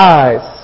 eyes